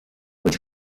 which